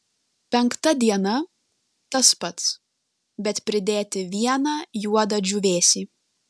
penkta diena tas pats bet pridėti vieną juodą džiūvėsį